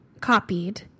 copied